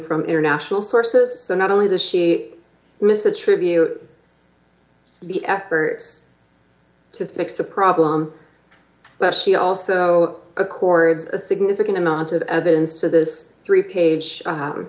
from international sources so not only does she miss attribute the efforts to fix the problem but she also accords a significant amount of evidence to this three page